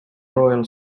royal